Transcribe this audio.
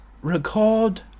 record